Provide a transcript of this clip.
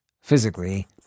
Physically